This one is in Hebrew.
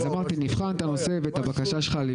אמרתי, נבחן את הנושא ואת הבקשה שלך.